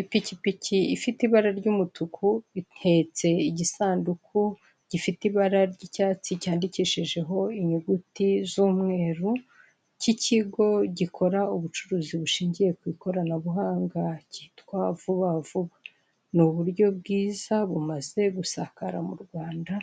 Ipikipiki ifite ibara ry'umutuku ihetse igisanduku gifite ibara ry'icyatsi cyandikishijeho inyuguti z'umweru, cy'ikigo gikora ubucuruzi bushingiye ku ikoranabuhanga cyitwa vuba vuba. Ni uburyo bwiza bumaze gusakara mu Rwanda,